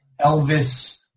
Elvis